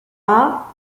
are